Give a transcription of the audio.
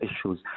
issues